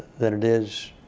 than it is